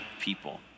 people